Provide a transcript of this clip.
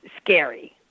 scary